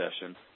session